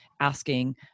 asking